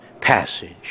passage